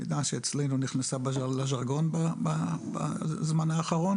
מילה שאצלנו נכנסה לז'רגון בזמן האחרון